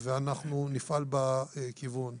ואנחנו נפעל בכיוון.